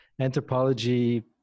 anthropology